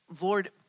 Lord